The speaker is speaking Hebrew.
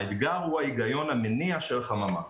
האתגר הוא ההיגיון המניע של חממה.